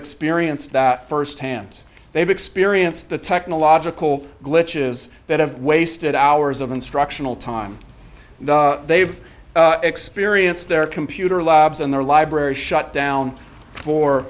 experienced that first hand they've experienced the technological glitches that have wasted hours of instructional time they've experienced their computer labs and their libraries shut down for